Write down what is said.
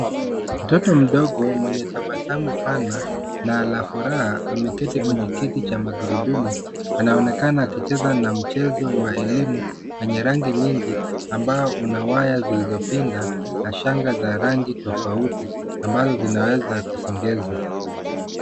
Mtoto mdogo mwenye tabasamu pana na ana furaha ameketi kwenye kiti cha magurudumu, anaonekana akicheza na mchezo wa elimu wenye rangi nyingi ambayo una waya zilizopinda na shanga za rangi tofauti ambazo zinaweza kusongezwa.